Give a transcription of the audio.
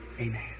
amen